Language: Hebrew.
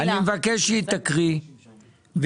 ינון, אני מבקש שהיא תקריא את החוק.